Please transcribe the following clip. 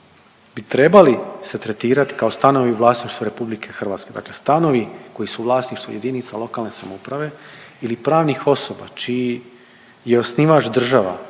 bi trebali se tretirati kao stanovi u vlasništvu RH, dakle stanovi koji su u vlasništvu jedinica lokalne samouprave ili pravnih osoba čiji je osnivač država